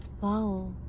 Wow